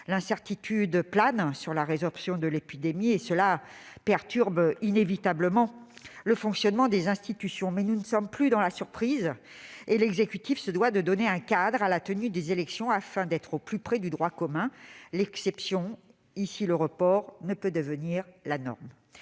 L'incertitude plane sur la résorption de l'épidémie et cela perturbe inévitablement le fonctionnement des institutions, mais nous ne sommes plus dans la surprise, et l'exécutif se doit de donner un cadre pour la tenue des élections afin d'être au plus près du droit commun. L'exception- en l'occurrence, le report -ne peut devenir la norme.